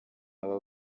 aba